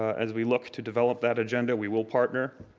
as we look to develop that agenda we will partner,